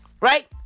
Right